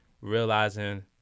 realizing